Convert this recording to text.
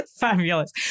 Fabulous